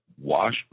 Wash